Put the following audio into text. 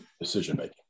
decision-making